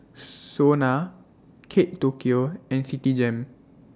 Sona Kate Tokyo and Citigem